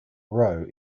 roe